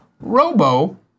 Robo